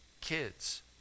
kids